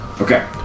Okay